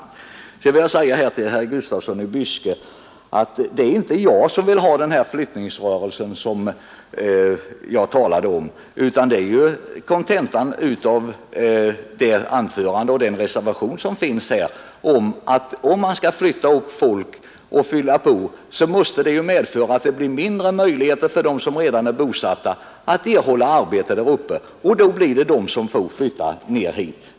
Sedan vill jag säga till herr Gustafsson i Byske att det inte är jag som vill ha den här flyttningsrörelsen som jag talade om, utan den är kontentan av den reservation som här föreligger. Om man skall flytta upp folk, så måste det ju medföra att det blir mindre möjligheter för dem som redan är bosatta där uppe att erhålla arbete, och då blir det de som får flytta ned hit.